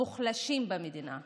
המוחלשים במדינה,